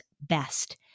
best